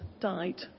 died